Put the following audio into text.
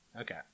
Okay